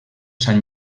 sant